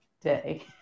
day